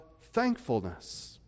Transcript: thankfulness